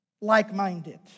like-minded